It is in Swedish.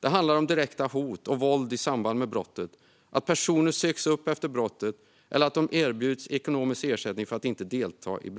Det handlar om direkta hot och direkt våld i samband med brottet, att personer söks upp efter brottet eller att de erbjuds ekonomisk ersättning för att inte delta i